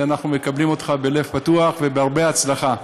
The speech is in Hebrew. ואנחנו מקבלים אותך בלב פתוח ובברכת הצלחה.